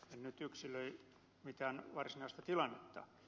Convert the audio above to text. en nyt yksilöi mitään varsinaista tilannetta